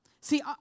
See